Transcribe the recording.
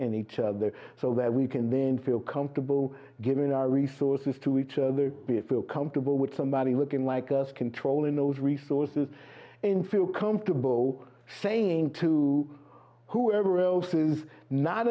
in each other so that we can then feel comfortable giving our resources to each other be feel comfortable with somebody looking like us control in those resources and feel comfortable saying to whoever else is not